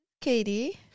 katie